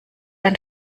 ein